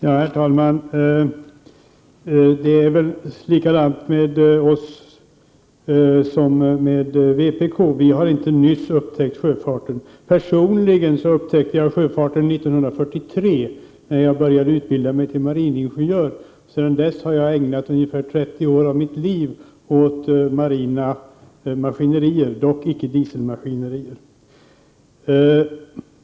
Herr talman! Det är likadant med oss i miljöpartiet som med vpk, vi har inte nyligen upptäckt sjöfarten. Personligen upptäckte jag sjöfarten 1943, när jag började utbilda mig till mariningenjör. Sedan dess har jag ägnat ungefär 30 år av mitt liv åt marina maskinerier, dock icke dieselmaskinerier.